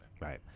Right